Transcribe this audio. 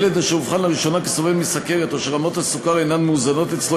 ילד אשר אובחן לראשונה כסובל מסוכרת או שרמות הסוכר אינן מאוזנות אצלו,